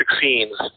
scenes